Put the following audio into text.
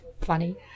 funny